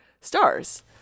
stars